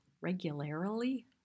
Regularly